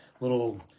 little